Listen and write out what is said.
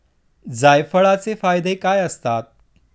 जायफळाचे फायदे काय असतात?